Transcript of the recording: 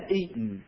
eaten